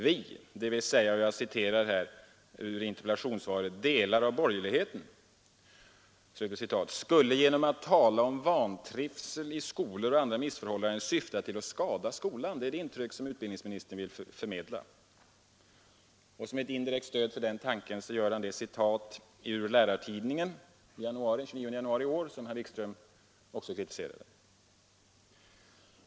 Vi, dvs. ”delar av borgerligeheten”, som det står i interpellationssvaret, skulle genom att tala om vantrivsel i skolor och andra missförhållanden syfta till att skada skolan. Det är det intryck som utbildningsministern vill förmedla. Som ett indirekt stöd för den tanken anför han det citat ur Lärartidningen för den 29 januari i år, som herr Wikström för en stund sedan kritiserade.